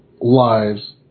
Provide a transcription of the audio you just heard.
lives